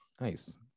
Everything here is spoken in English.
Nice